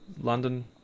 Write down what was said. London